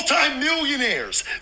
Multi-millionaires